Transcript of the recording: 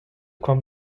kwam